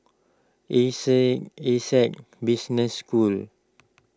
E C Essec Business School